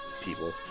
people